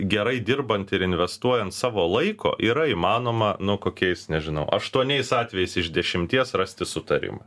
gerai dirbant ir investuojant savo laiko yra įmanoma nu kokiais nežinau aštuoniais atvejais iš dešimties rasti sutarimą